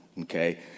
okay